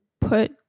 put